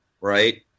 right